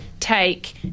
Take